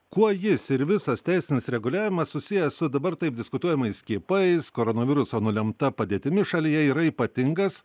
kuo jis ir visas teisinis reguliavimas susijęs su dabar taip diskutuojamais skiepais koronaviruso nulemta padėtimi šalyje yra ypatingas